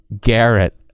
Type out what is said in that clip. Garrett